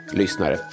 lyssnare